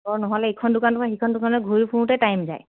বৰ নহ'লে এইখন দোকানৰ পৰা সেইখন দোকানলৈ ঘূৰি ফুৰোতে টাইম যায়